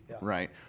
right